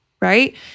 right